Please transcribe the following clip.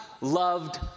loved